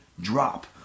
drop